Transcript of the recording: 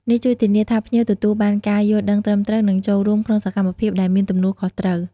នេះជួយធានាថាភ្ញៀវទទួលបានការយល់ដឹងត្រឹមត្រូវ និងចូលរួមក្នុងសកម្មភាពដែលមានទំនួលខុសត្រូវ។